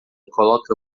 coloca